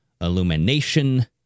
illumination